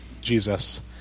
Jesus